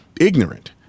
ignorant